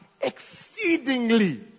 exceedingly